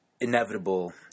inevitable